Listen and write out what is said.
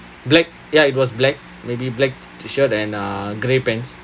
black ya it was black maybe black t-shirt and uh gray pants